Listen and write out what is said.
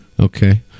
Okay